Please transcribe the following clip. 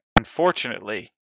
unfortunately